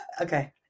Okay